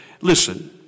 Listen